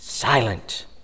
Silent